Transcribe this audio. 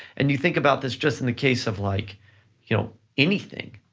and you think about this, just in the case of like you know anything,